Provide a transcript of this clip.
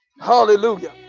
Hallelujah